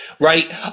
Right